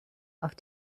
auf